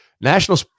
national